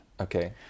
Okay